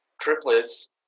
Triplets